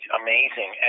amazing